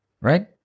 Right